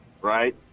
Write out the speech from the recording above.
right